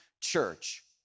church